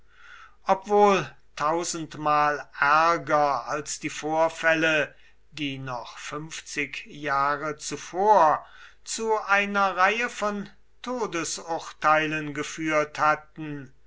obwohl tausendmal ärger als die vorfälle die noch fünfzig jahre zuvor zu einer reihe von todesurteilen geführt hatten